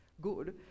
good